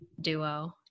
duo